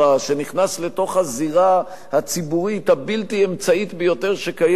שנכנס לתוך הזירה הציבורית הבלתי-אמצעית ביותר שקיימת,